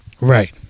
Right